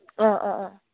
ꯑ ꯑ ꯑ